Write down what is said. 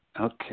Okay